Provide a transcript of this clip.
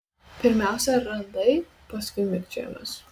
pirmiausia randai paskui mikčiojimas